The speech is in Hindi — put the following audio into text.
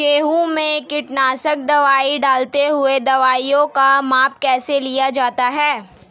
गेहूँ में कीटनाशक दवाई डालते हुऐ दवाईयों का माप कैसे लिया जाता है?